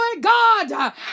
God